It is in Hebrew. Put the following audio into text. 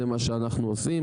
זה מה שאנחנו עושים.